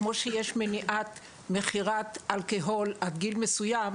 כמו שיש מניעת מכירת אלכוהול עד גיל מסוים,